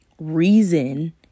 reason